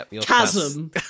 Chasm